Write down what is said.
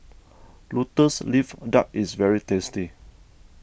Lotus Leaf Duck is very tasty